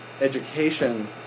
education